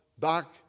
back